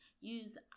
use